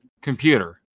computer